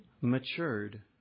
matured